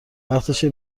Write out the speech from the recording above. وقتشه